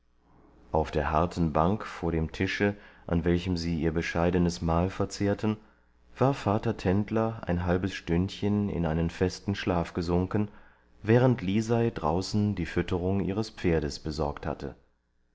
auf der harten bank vor dem tische an welchem sie ihr bescheidenes mahl verzehrten war vater tendler ein halbes stündchen in einen festen schlaf gesunken während lisei draußen die fütterung ihres pferdes besorgt hatte